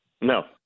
No